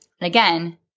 Again